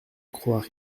croire